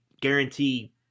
guarantee